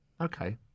Okay